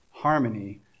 harmony